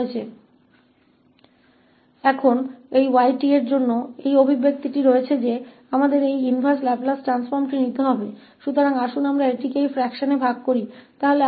तो अब 𝑦𝑡 के लिए यह व्यंजक होने पर कि हमें इस इनवर्स लाप्लास ट्रांसफॉर्म को लेने की आवश्यकता है